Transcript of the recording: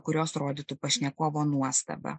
kurios rodytų pašnekovo nuostabą